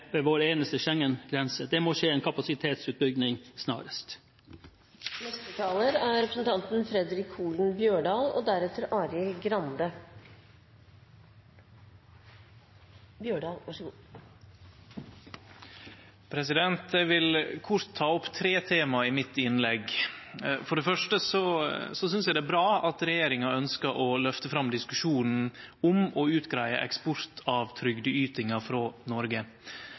Eg vil kort ta opp tre tema i mitt innlegg. For det første synest eg det er bra at regjeringa ønskjer å løfte fram diskusjonen om å utgreie eksport av trygdeytingar frå Noreg.